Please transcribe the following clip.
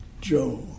Joe